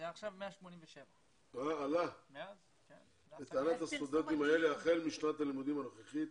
זה 187. לטענת הסטודנטים האלה החל משנת הלימודים הנוכחית,